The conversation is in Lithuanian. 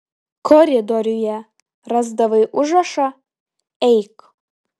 koridoriuje rasdavai užrašą eik